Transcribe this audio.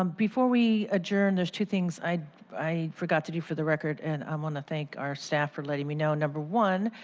um before we adjourn, there is two things i i forgot to do for the record. i and um want to thank our staff for letting me know. number one,